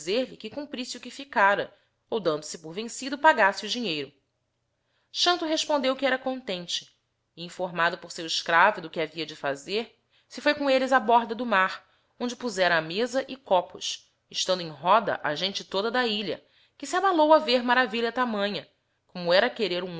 dizer-lhe que cumprisse o que ficara ou dando-se por vencido pagasse o dinheiro xanto respondeo que era contente e informado por seu escravo do que liavia de fazer se foi com elles ã borda do mar onde pozera a meza e copos estando em roda a gente toda da ilha que se abalou a ver maravilha tamanha como era querer